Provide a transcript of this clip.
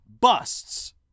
busts